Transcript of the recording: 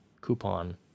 coupon